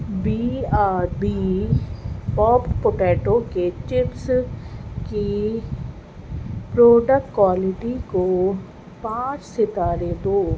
be R B papad potato کے chips کی product quality کو پانچ ستارے دو